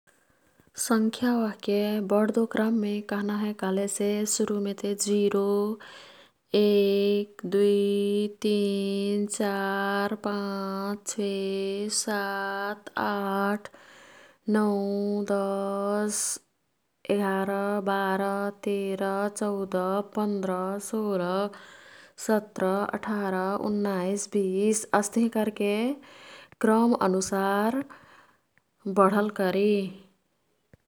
संख्या ओह्के बढ्दो क्रममे कह्ना हे कह्लेसे सुरुमेते जिरो, एक, दुई, तिन, चार, पाँच, छे, सात, आठ, नौं, दश, गेरा, बारा, तेरा, चौदा, पन्द्रा, सोह्रा, सत्रा, अठरा, उन्नईस, बिस अस्तिही कर्के क्रम अनुसार बढल् करी।